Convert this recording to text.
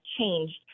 changed